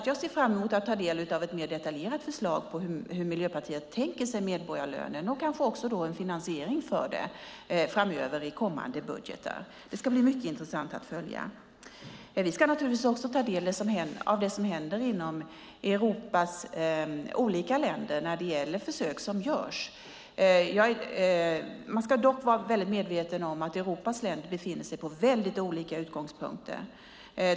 Jag ser fram emot att ta del av ett mer detaljerat förslag på hur Miljöpartiet tänker sig medborgarlönen och har finansiering för det framöver i kommande budgetar. Det ska bli mycket intressant att följa. Vi ska också ta del av det som händer inom Europas olika länder när det gäller försök som görs. Man ska dock vara väldigt medveten om att Europas länder befinner sig på väldigt olika utgångspunkter.